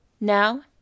Now